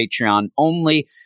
Patreon-only